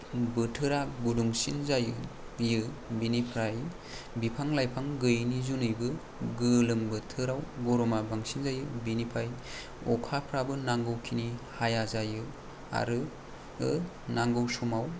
बोथोरा गुदुंसिन जायो इयो बेनिफ्राय बिफां लाइफां गैयिनि जुनैबो गोलोम बोथोराव गरमा बांसिन जायो बिनिफ्राय अखाफ्राबो नांगौखिनि हाया जायो आरो नांगौ समाव